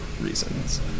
reasons